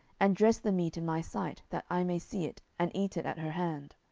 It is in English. and dress the meat in my sight, that i may see it, and eat it at her hand.